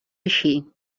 així